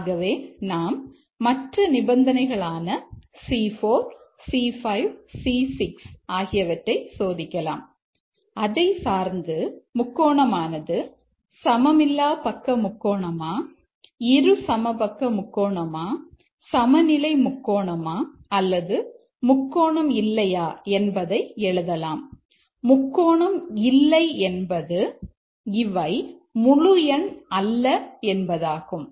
ஆகவே நாம் மற்ற நிபந்தனைகள் ஆன C4 C5 C6 ஆகியவற்றை சோதிக்கலாம் அதை சார்ந்து முக்கோணமானது சமமில்லா பக்க முக்கோணமா இருசமபக்க முக்கோணமா சமநிலை முக்கோணமா அல்லது முக்கோணம் இல்லையா என்பதை எழுதலாம் முக்கோணம் இல்லை என்பது இவை முழு எண் அல்ல என்பதாகும்